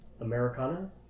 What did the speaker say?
Americana